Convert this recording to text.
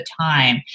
time